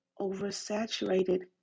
oversaturated